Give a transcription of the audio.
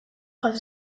jaso